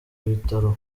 bitaro